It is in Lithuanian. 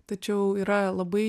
tačiau yra labai